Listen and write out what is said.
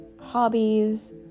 hobbies